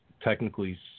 technically